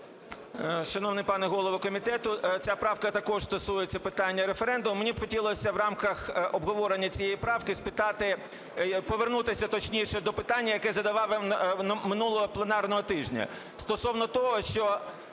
Шановний пане голово комітету, ця правка також стосується питання референдуму. Мені хотілося б в рамках обговорення цієї правки спитати… Повернутися, точніше, до питання, яке задавав минулого пленарного тижня